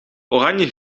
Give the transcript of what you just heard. oranje